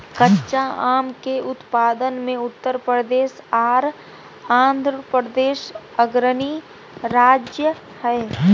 कच्चा आम के उत्पादन मे उत्तर प्रदेश आर आंध्रप्रदेश अग्रणी राज्य हय